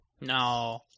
No